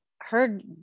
heard